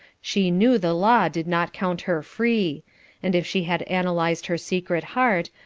she knew the law did not count her free and if she had analyzed her secret heart,